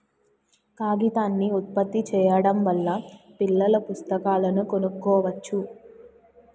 కాగితాన్ని ఉత్పత్తి చేయడం వల్ల పిల్లల పుస్తకాలను కొనుక్కోవచ్చు